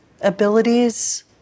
abilities